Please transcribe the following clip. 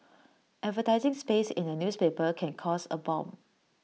advertising space in A newspaper can cost A bomb